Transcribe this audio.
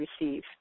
receive